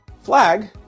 Flag